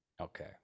Okay